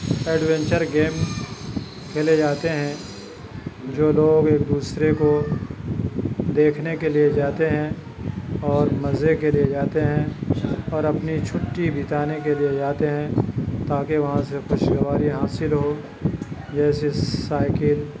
adventure game کھلیے جاتے ہیں جو لوگ ایک دوسرے کو دیکھنے کے لیے جاتے ہیں اور مزے کے لیے جاتے ہیں اور اپنی چھٹی بتانے کے لیے جاتے ہیں تاکہ وہاں سے خوشگواری حاصل ہو جیسے سائیکل